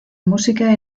música